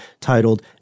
titled